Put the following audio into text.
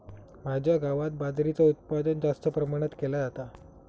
माझ्या गावात बाजरीचा उत्पादन जास्त प्रमाणात केला जाता